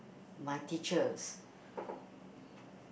my teachers